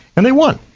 and they won.